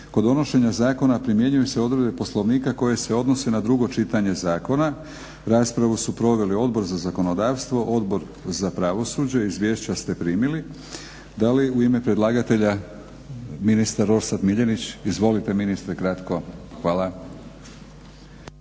Kod donošenja zakona primjenjuju se odredbe Poslovnika koje se odnose na drugo čitanje zakona. Raspravu su proveli Odbor za zakonodavstvo, Odbor za pravosuđe. Izvješća ste primili. Da li u ime predlagatelja, ministar Orsat Miljenić? Izvolite ministre kratko. Hvala.